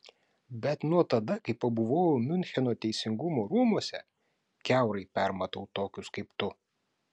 bet nuo tada kai pabuvojau miuncheno teisingumo rūmuose kiaurai permatau tokius kaip tu